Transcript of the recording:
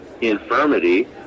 infirmity